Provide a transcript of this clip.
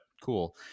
cool